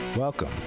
welcome